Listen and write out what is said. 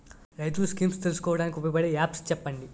రైతులు స్కీమ్స్ తెలుసుకోవడానికి ఉపయోగపడే యాప్స్ చెప్పండి?